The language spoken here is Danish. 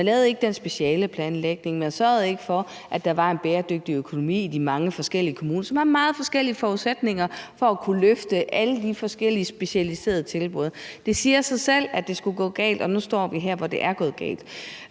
Man lavede ikke den specialeplanlægning og sørgede ikke for, at der var en bæredygtig økonomi i de mange forskellige kommuner, som har meget forskellige forudsætninger for at kunne løfte alle de forskellige specialiserede tilbud. Det siger sig selv, at det skulle gå galt, og nu står vi her, hvor det er gået galt.